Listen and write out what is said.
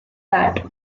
that